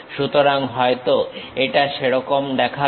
সুতরাং হয়তো এটা সেরকম দেখাবে